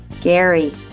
Gary